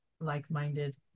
like-minded